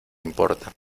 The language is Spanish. importa